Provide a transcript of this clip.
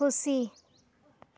ᱠᱷᱩᱥᱤ